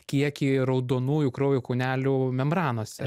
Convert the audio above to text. kiekį raudonųjų kraujo kūnelių membranose